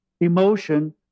emotion